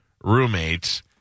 roommates